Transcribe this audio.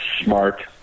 smart –